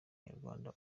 nyarwanda